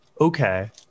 Okay